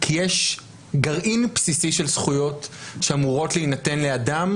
כי יש גרעין בסיסי של זכויות שאמורות להינתן לאדם,